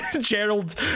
Gerald